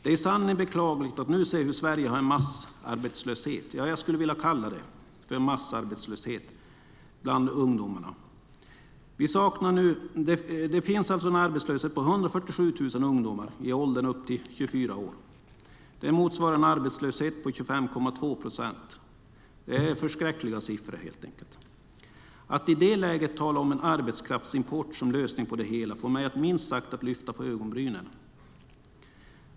Det är i sanning beklagligt att Sverige nu har en massarbetslöshet - jag vill kalla det så - bland ungdomarna. Det finns 147 000 arbetslösa ungdomar i åldern upp till 24 år. Det motsvarar en arbetslöshet på 25,2 procent. Det är helt enkelt förskräckliga siffror. Att i det läget tala om en arbetskraftsimport som lösning på det hela får mig minst sagt att lyfta på ögonbrynen.